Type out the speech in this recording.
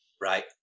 Right